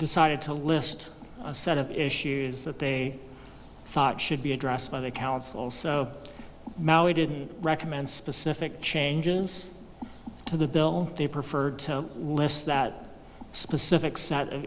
decided to list a set of issues that they thought should be addressed by the council so now he didn't recommend specific changes to the bill they preferred less that specific set of